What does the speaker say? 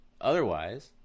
Otherwise